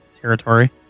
territory